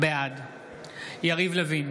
בעד יריב לוין,